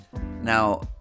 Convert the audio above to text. Now